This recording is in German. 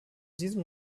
diesem